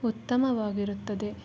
ಉತ್ತಮವಾಗಿರುತ್ತದೆ